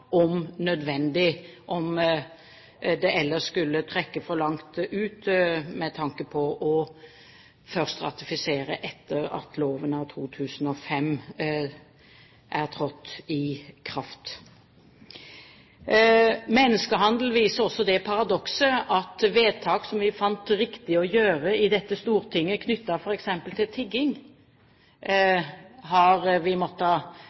om det ellers skulle trekke for langt ut med tanke på å først ratifisere etter at loven av 2005 er trådt i kraft. Menneskehandel viser også det paradokset at vedtak som vi fant det riktig å gjøre i dette stortinget knyttet til f.eks. tigging, har vi